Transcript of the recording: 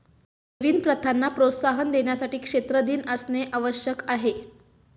नवीन प्रथांना प्रोत्साहन देण्यासाठी क्षेत्र दिन असणे आवश्यक आहे